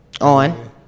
On